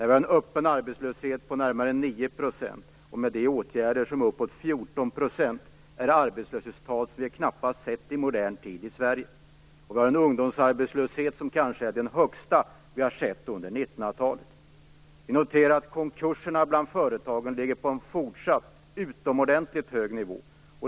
Vi har en öppen arbetslöshet på närmare 9 %, och med åtgärder är siffran uppåt 14 %. Det är arbetslöshetstal som vi knappast har sett i modern tid i Sverige. Vi har en ungdomsarbetslöshet som kanske är den högsta vi har sett under 1900-talet. Vi noterar att konkurserna bland företagen ligger på en fortsatt utomordentligt hög nivå.